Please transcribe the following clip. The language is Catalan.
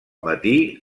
matí